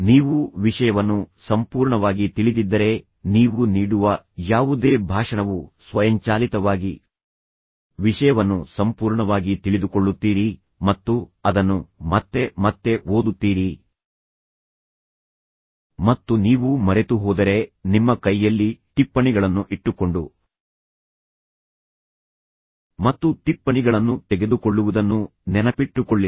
ನೀವು ವಿಷಯವನ್ನು ಸಂಪೂರ್ಣವಾಗಿ ತಿಳಿದಿದ್ದರೆ ನೀವು ನೀಡುವ ಯಾವುದೇ ಭಾಷಣವು ಸ್ವಯಂಚಾಲಿತವಾಗಿ ವಿಷಯವನ್ನು ಸಂಪೂರ್ಣವಾಗಿ ತಿಳಿದುಕೊಳ್ಳುತ್ತೀರಿ ಮತ್ತು ಅದನ್ನು ಮತ್ತೆ ಮತ್ತೆ ಓದುತ್ತೀರಿ ಮತ್ತು ನೀವು ಮರೆತುಹೋದರೆ ನಿಮ್ಮ ಕೈಯಲ್ಲಿ ಟಿಪ್ಪಣಿಗಳನ್ನು ಇಟ್ಟುಕೊಂಡು ಮತ್ತು ಟಿಪ್ಪಣಿಗಳನ್ನು ತೆಗೆದುಕೊಳ್ಳುವುದನ್ನು ನೆನಪಿಟ್ಟುಕೊಳ್ಳಿರಿ